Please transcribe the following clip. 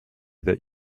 that